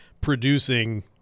producing –